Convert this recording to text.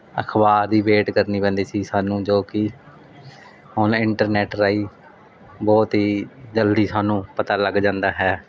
ਅਖਬਾਰ ਦੀ ਵੇਟ ਕਰਨੀ ਪੈਂਦੀ ਸੀ ਸਾਨੂੰ ਜੋ ਕਿ ਹੁਣ ਇੰਟਰਨੈੱਟ ਰਾਹੀਂ ਬਹੁਤ ਹੀ ਜਲਦੀ ਸਾਨੂੰ ਪਤਾ ਲੱਗ ਜਾਂਦਾ ਹੈ